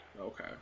Okay